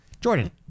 Jordan